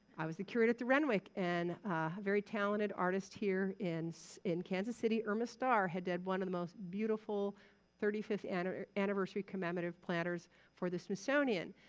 i was the curator at the renwick and very talented artist here in so in kansas city, irma star, had did one of the most beautiful thirty fifth and anniversary commemorative platters for the smithsonian.